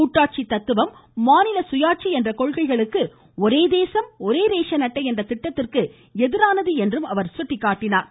கூட்டாட்சி தத்துவம் மாநில சுயாட்சி என்ற கொள்கைகளுக்கு ஒரே தேசம் ஒரே ரேசன் அட்டை என்ற திட்டத்திற்கு எதிரானது என்றும் அவர் சுட்டிக்காட்டினார்